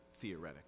theoretically